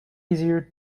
bezier